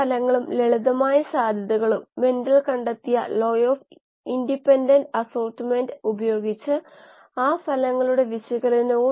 തുടർന്ന് പിന്നെ മൊഡ്യൂൾ 4ൽ ബയോ റിയാക്ടറുകളുടെ സ്കെയിൽ അപ്പ് സ്കെയിൽ ഡൌൺ എന്നിവയും പരിശോധിച്ചു